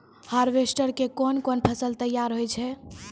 Harvester के कोन कोन फसल तैयार होय छै?